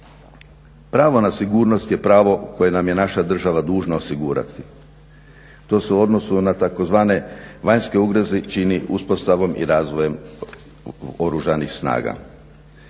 Pravo na sigurnost je pravo koje nam je naša država dužna osigurati. To se u odnosu na tzv. vanjske ugroze čini uspostavom i razvojem Oružanih snaga.